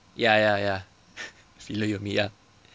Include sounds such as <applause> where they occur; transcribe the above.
ya ya ya <laughs> filler yomi ya